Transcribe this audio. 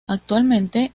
actualmente